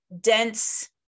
dense